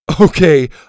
Okay